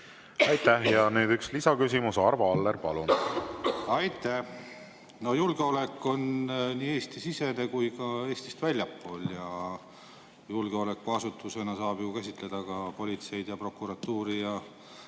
Aitäh! Ja nüüd üks lisaküsimus. Arvo Aller, palun! Aitäh! No julgeolek on nii Eesti-sisene kui ka Eestist väljaspool. Julgeolekuasutusena saab käsitleda ju ka politseid ja prokuratuuri,